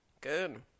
Good